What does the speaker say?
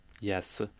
Yes